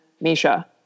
Misha